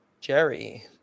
Jerry